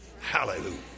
Hallelujah